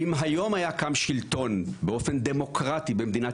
אם היום היה קם שלטון באופן דמוקרטי במדינת